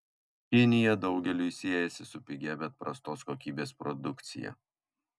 kinija daugeliui siejasi su pigia bet prastos kokybės produkcija